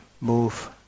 move